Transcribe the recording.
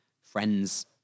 friends